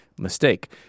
Mistake